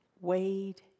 Wade